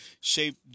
shape